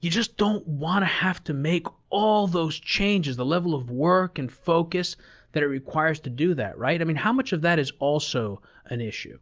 you don't want to have to make all those changes? the level of work, and focus that it requires to do that. right? i mean, how much of that is also an issue?